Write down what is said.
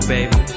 baby